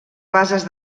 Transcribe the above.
bases